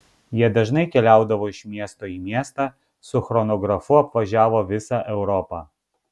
jie dažnai keliaudavo iš miesto į miestą su chronografu apvažiavo visą europą